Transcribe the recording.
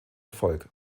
erfolg